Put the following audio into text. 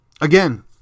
again